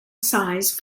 size